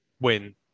Win